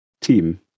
team